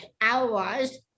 hours